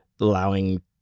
allowing